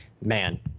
man